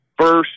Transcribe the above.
First